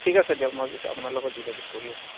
ঠিক আছে দিয়ক মই পিছত আপোনাৰ লগত যোগাযোগ কৰি আছোঁ